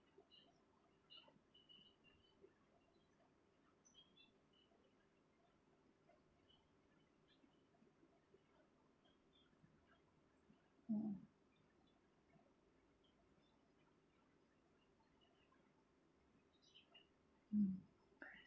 mm mm